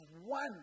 one